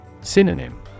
Synonym